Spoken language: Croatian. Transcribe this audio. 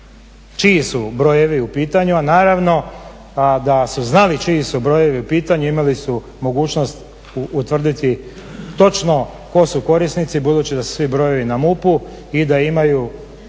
čiji su brojevi u pitanju, a naravno da su znali čiji su brojevi u pitanju imali su mogućnost utvrditi točno tko su korisnici budući da su svi brojevi na MUP-u i da imaju